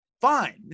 fine